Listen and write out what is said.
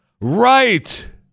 Right